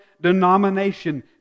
denomination